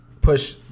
push